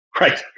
Right